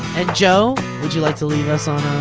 and joe, would you like to leave us on